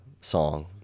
song